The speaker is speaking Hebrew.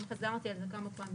גם חזרתי על זה כמה פעמים.